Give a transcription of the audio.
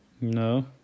No